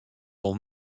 wol